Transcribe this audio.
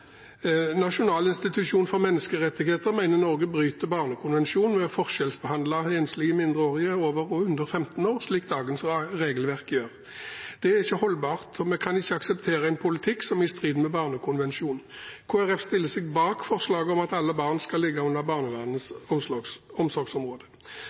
Nasjonal institusjon for menneskerettigheter mener Norge bryter barnekonvensjonen ved å forskjellsbehandle enslige mindreårige over og under 15 år, slik dagens regelverk gjør. Det er ikke holdbart, og vi kan ikke akseptere en politikk som er i strid med barnekonvensjonen. Kristelig Folkeparti stiller seg bak forslaget om at alle barn skal ligge under